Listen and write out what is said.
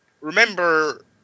remember